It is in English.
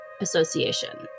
Association